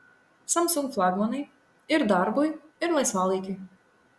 samsung flagmanai ir darbui ir laisvalaikiui